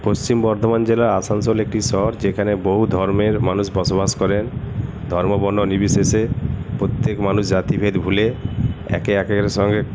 পশ্চিম বর্ধমান জেলার আসানসোল একটি শহর যেখানে বহু ধর্মের মানুষ বসবাস করেন ধর্ম বর্ণ নির্বিশেষে প্রত্যেক মানুষ জাতিভেদ ভুলে একে একের সঙ্গে